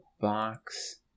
box